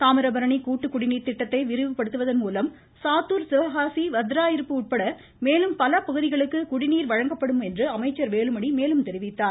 தாமிரபரணி கூட்டுக்குடிநீர் திட்டத்தை விரிவு படுத்துவதன் மூலம் சாத்தூர் சிவகாசி வத்ராயிருப்பு உட்பட மேலும் பல பகுதிகளுக்கு குடிநீர் வழங்கப்படும் என்று அமைச்சர் வேலுமணி மேலும் தெரிவித்தார்